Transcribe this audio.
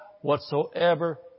whatsoever